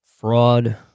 fraud